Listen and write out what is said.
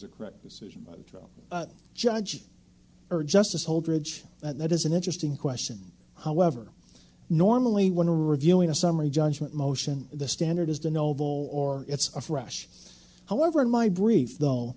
a correct decision to judge or justice holdridge that is an interesting question however normally when reviewing a summary judgment motion the standard is the noble or it's a fresh however in my brief though